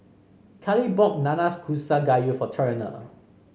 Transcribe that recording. Cali bought Nanakusa Gayu for Turner